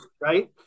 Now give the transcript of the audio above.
Right